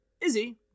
Izzy